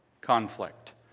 conflict